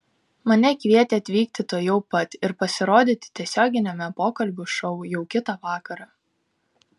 mane kvietė atvykti tuojau pat ir pasirodyti tiesioginiame pokalbių šou jau kitą vakarą